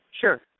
Sure